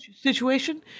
situation